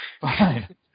Fine